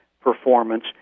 performance